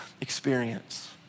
experience